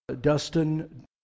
Dustin